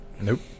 Nope